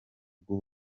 bw’u